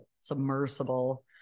submersible